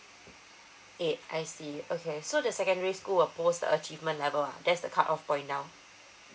A I see okay so the secondary school appose the achievement level ah that's the cut off point now